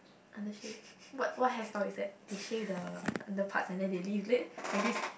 under shave what what hairstyle is that they shave the underpart and they leave it like this